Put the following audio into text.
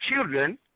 children